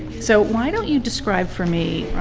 so why don't you describe for me,